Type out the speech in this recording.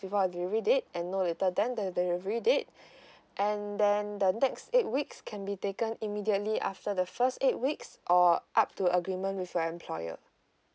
before the delivery date and no later than the delivery date and then the next eight weeks can be taken immediately after the first eight weeks or up to agreement with your employer